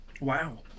Wow